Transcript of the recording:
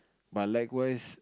but likewise